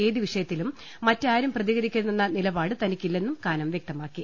ഏത് വിഷയത്തിലും മറ്റാരും പ്രതിക രിക്കരുതെന്ന നിലപാട് തനിക്കില്ലെന്നും കാനം വ്യക്തമാക്കി